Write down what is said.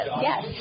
Yes